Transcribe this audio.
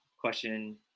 question